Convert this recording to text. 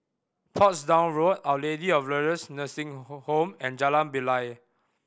Portsdown Road Our Lady of Lourdes Nursing Home and Jalan Bilal